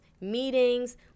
meetings